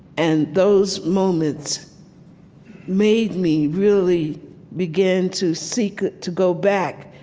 and those moments made me really begin to seek to go back,